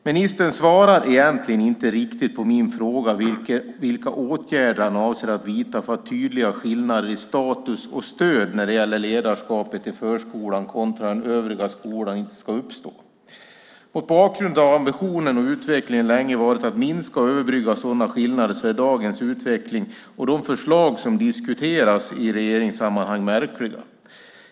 Ministern svarar egentligen inte riktigt på min fråga vilka åtgärder han avser att vidta för att tydliga skillnader i status och stöd när det gäller ledarskapet i förskolan kontra den övriga skolan inte ska uppstå. Mot bakgrund av att ambitionen och utvecklingen länge varit att minska och överbrygga sådana skillnader är dagens utveckling och de förslag som diskuteras i regeringssammanhang märkliga.